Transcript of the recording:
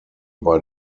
bei